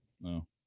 No